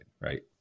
right